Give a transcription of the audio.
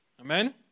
Amen